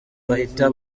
bahita